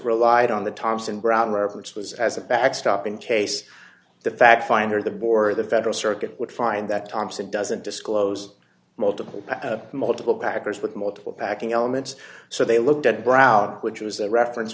relied on the thompson brown reports was as a backstop in case the fact finder the bore the federal circuit would find that thompson doesn't disclose multiple multiple backers with multiple backing elements so they looked at brown which was a reference